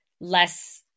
less